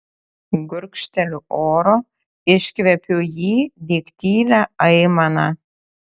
gurkšteliu oro iškvepiu jį lyg tylią aimaną